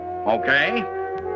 Okay